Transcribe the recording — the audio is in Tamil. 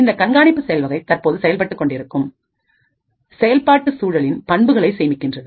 இந்த கண்காணிப்பு செயல்வகைதற்பொழுது செயல்பட்டுக் கொண்டிருக்கும் செயல்பாட்டு சூழலின் பண்புகளை சேமிக்கிறது